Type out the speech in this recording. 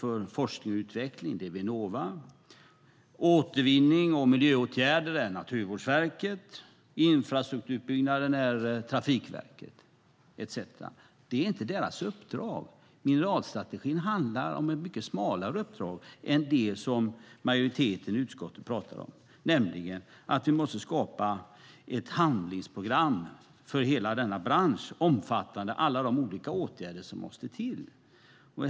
För forskning och utveckling är det Vinnova, för återvinning och miljöåtgärder är det Naturvårdsverket, för infrastrukturutbyggnad är det Trafikverket, etcetera. Det är inte deras uppdrag. Mineralstrategin handlar om ett lite smalare uppdrag än det som majoriteten i utskottet pratar om, nämligen att vi måste skapa ett handlingsprogram för hela denna bransch omfattande alla de olika åtgärder som måste till.